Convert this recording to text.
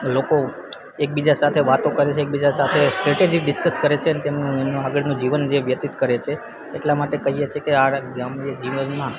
લોકો એકબીજા સાથે વાતો કરે છે એકબીજા સાથે સ્ટેટેજિ ડિસકસ કરે છે તેમનું આગળનું જીવન જે વ્યતીત કરે છે એટલા માટે કઈએ છે કે આ ગ્રામ્ય જીવનમાં